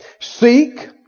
Seek